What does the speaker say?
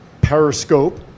Periscope